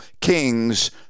Kings